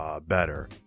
better